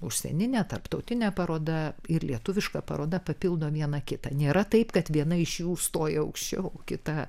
užsieninė tarptautinė paroda ir lietuviška paroda papildo viena kitą nėra taip kad viena iš jų stoja aukščiau kita